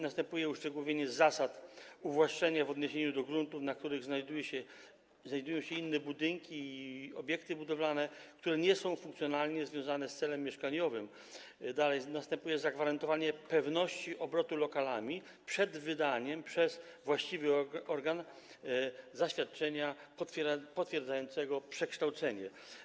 Następuje tu uszczegółowienie zasad uwłaszczenia w odniesieniu do gruntów, na których znajdują się inne budynki i obiekty budowlane, które nie są funkcjonalnie związane z celem mieszkaniowym, a także zagwarantowanie pewności obrotu lokalami przed wydaniem przez właściwy organ zaświadczenia potwierdzającego przekształcenie.